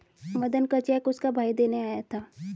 मदन का चेक उसका भाई देने आया था